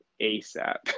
ASAP